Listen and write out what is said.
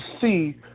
see